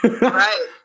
Right